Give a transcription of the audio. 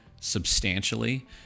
substantially